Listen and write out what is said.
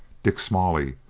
dick smalley,